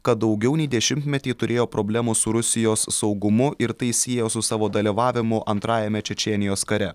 kad daugiau nei dešimtmetį turėjo problemų su rusijos saugumu ir tai siejo su savo dalyvavimu antrajame čečėnijos kare